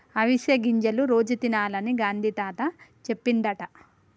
అవిసె గింజలు రోజు తినాలని గాంధీ తాత చెప్పిండట